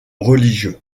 religieux